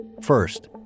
First